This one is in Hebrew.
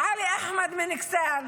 עלי אחמד מאכסאל,